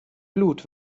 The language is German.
blut